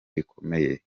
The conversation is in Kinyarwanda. bikomeye